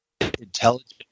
intelligent